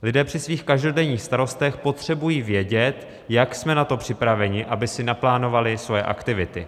Lidé při svých každodenních starostech potřebují vědět, jak jsme na to připraveni, aby si naplánovali svoje aktivity.